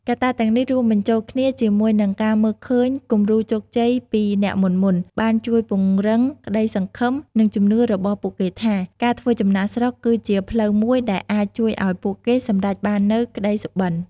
កត្តាទាំងនេះរួមបញ្ចូលគ្នាជាមួយនឹងការមើលឃើញគំរូជោគជ័យពីអ្នកមុនៗ បានជួយពង្រឹងក្តីសង្ឃឹម និងជំនឿរបស់ពួកគេថា ការធ្វើចំណាកស្រុកគឺជាផ្លូវមួយដែលអាចជួយឱ្យពួកគេសម្រេចបាននូវក្តីសុបិន។